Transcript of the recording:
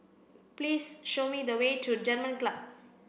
please show me the way to German Club